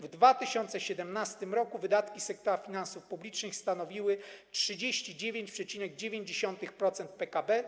W 2017 r. wydatki sektora finansów publicznych stanowiły 39,9% PKB.